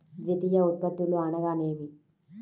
ద్వితీయ ఉత్పత్తులు అనగా నేమి?